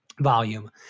volume